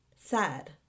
Sad